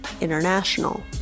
International